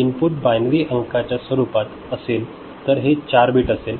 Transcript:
input binary अंकांच्या स्वरूपात असेल जर हे 4 बीट असेल